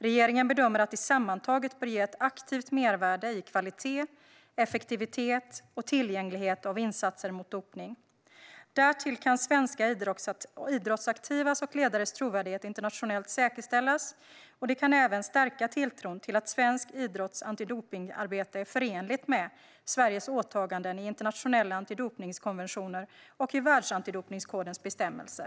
Regeringen bedömer att det sammantaget bör ge ett aktivt mervärde i kvalitet, effektivitet och tillgänglighet av insatser mot dopning. Därtill kan svenska idrottsaktivas och ledares trovärdighet säkerställas internationellt. Det kan även stärka tilltron till att svensk idrotts antidopningsarbete är förenligt med Sveriges åtaganden i internationella antidopningskonventioner och i världsantidopningskodens bestämmelser.